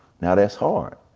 now, that's hard.